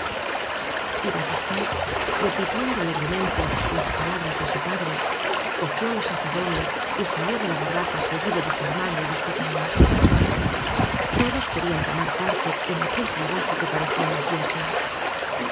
batistet repitiendo alegremente las pa labras de su padre cogió los azadones y salió de la barraca seguido de su hermana y los pequeños todos querían tomar parte en aquel tra bajo que parecía una fiesta